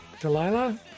delilah